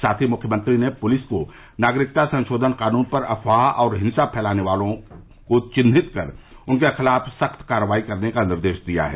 साथ ही मुख्यमंत्री ने पुलिस को नागरिकता संशोधन कानून पर अफवाह और हिंसा फैलाने वाले लोगों को विन्हित कर उनके खिलाफ सख्त कार्रवाई करने का निर्देश दिया है